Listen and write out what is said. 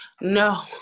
No